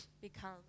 become